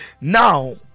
Now